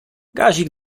kazik